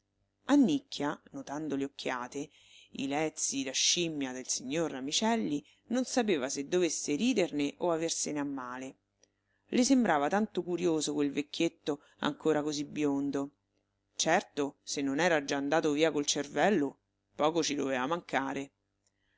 là annicchia notando le occhiate i lezii da scimmia del signor ramicelli non sapeva se dovesse riderne o aversene a male le sembrava tanto curioso quel vecchietto ancora così biondo certo se non era già andato via col cervello poco ci doveva mancare